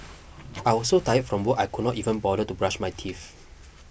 I was so tired from work I could not even bother to brush my teeth